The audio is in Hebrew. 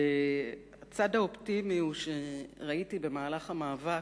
והצד האופטימי הוא שראיתי במהלך המאבק,